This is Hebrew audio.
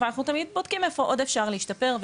אבל אנחנו תמיד בודקים איפה עוד אפשר להשתפר,